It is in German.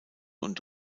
und